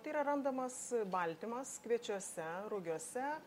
tai yra randamas baltymas kviečiuose rugiuose